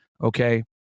okay